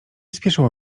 spieszyło